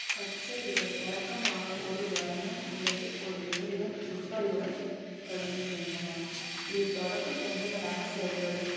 கச்சேரிகள் வக்கமாக ஒரு வர்ணம் அல்லது ஒரு வேண்டுதல் உருப்படியுடன் தொடங்குகின்றன இது தொடக்கத் துண்டுகளாக செயல்படும்